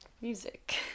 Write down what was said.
music